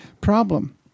problem